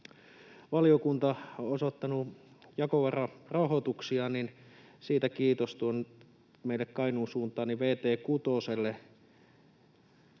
valiokunta on osoittanut jakovararahoituksia — siitä kiitos — meille Kainuun suuntaan, vt 6:lle.